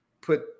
put